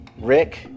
Rick